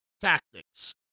tactics